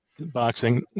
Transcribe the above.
boxing